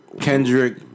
Kendrick